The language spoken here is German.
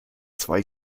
zwei